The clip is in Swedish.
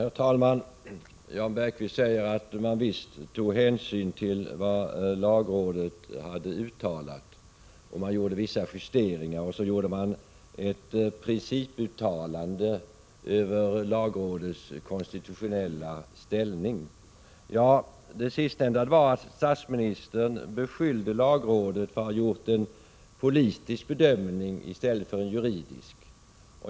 Herr talman! Jan Bergqvist säger att regeringen visst tog hänsyn till vad lagrådet hade uttalat. Den gjorde vissa justeringar och dessutom ett principuttalande över lagrådets konstitutionella ställning. — Det sistnämnda bestod i att statsministern beskyllde lagrådet för att ha gjort en politisk bedömning i stället för en juridisk.